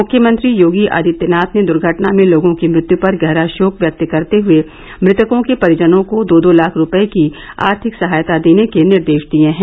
मुख्यमंत्री योगी आदित्यनाथ ने दुर्घटना में लोगों की मृत्यु पर गहरा शोक व्यक्त करते हुए मृतकों के परिजनों को दो दो लाख रूपये की आर्थिक सहायता देने के निर्देश दिए हैं